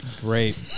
Great